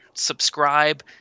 subscribe